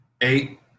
eight